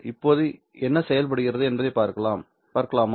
இப்போது என்ன செயல்படுகிறது என்பதைப் பார்க்கலாமா